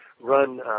run